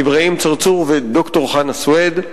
אברהים צרצור וד"ר חנא סוייד.